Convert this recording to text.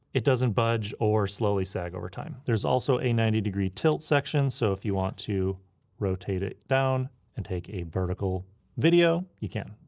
it doesn't budge or slowly sag over time. there's also a ninety degree tilt section so if you want to rotate it down and take a vertical video, you can.